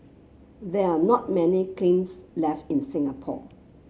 there are not many kilns left in Singapore